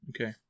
Okay